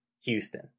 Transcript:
Houston